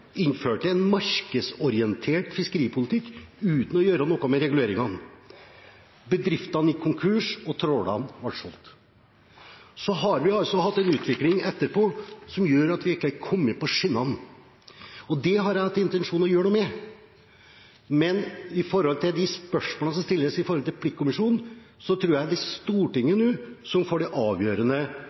innførte en markedsorientert fiskeripolitikk uten å gjøre noe med reguleringene. Bedriftene gikk konkurs, og trålerne ble solgt. Så har vi hatt en utvikling etterpå som gjør at vi ikke er kommet på skinner. Det har jeg hatt en intensjon om å gjøre noe med. Men når det gjelder de spørsmålene som stilles om pliktkommisjonen, er det Stortinget som vil få de avgjørende svarene. Jeg skal legge fram mine forslag og mine anbefalinger til det.